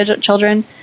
children